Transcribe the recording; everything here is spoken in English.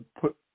put